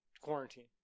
quarantine